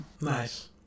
Nice